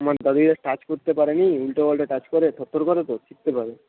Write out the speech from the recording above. মানে দাদু দিদা টাচ করতে পারে না উল্টো পাল্টা টাচ করে থরথর করে তো